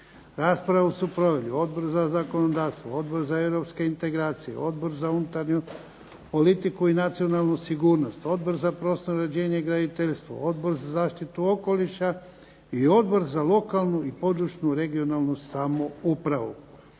Raspravu su proveli Odbor za zakonodavstvo, Odbor za Europske integracije, Odbor za unutarnju politiku i nacionalnu sigurnost, Odbor za prostornog uređenje i graditeljstvo, Odbor za zaštitu okoliša, Odbor za lokalnu i područnu regionalnu samoupravu.